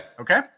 Okay